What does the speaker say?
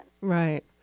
Right